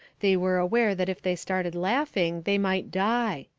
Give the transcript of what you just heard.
they were aware that if they started laughing they might die.